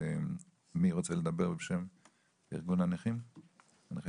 מי רוצה לדבר בשם ארגון נכי צה"ל?